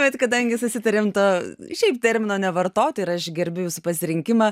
bet kadangi susitarėm to šiaip termino nevartoti ir aš gerbiu jūsų pasirinkimą